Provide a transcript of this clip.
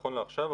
נכון לעכשיו,